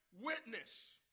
witness